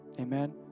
Amen